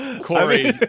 Corey